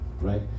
right